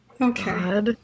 Okay